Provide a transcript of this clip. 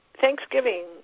thanksgiving